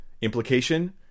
Implication